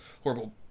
horrible